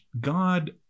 God